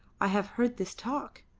i have heard this talk,